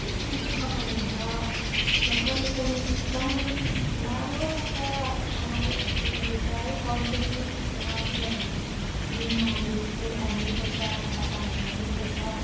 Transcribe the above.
बेसी दुख गर्नुहुन्छ र कहिले कहिले एकदम नराम्रो लाग्छ आमाको सिच्वेसन देख्दा है गर्नु पनि केही सक्दैन किनभने दिनमा हामीहरू स्कुल आउनैपर्छ दादा काममा जानैपर्छ